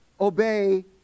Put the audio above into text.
obey